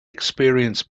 experienced